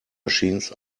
machines